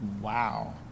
wow